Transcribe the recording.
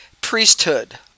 priesthood